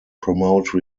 promote